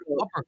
upper